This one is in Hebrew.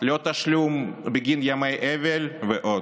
לא תשלום בגין ימי אבל ועוד.